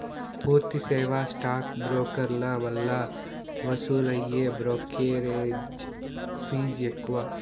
పూర్తి సేవా స్టాక్ బ్రోకర్ల వల్ల వసూలయ్యే బ్రోకెరేజ్ ఫీజ్ ఎక్కువ